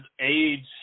age